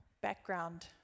Background